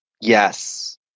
Yes